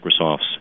Microsoft's